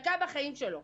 זה מה שיש לי להגיד.